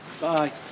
Bye